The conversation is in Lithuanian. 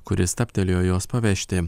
kuris stabtelėjo jos pavežti